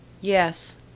Yes